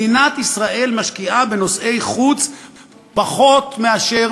מדינת ישראל משקיעה בנושאי חוץ פחות מאשר